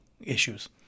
issues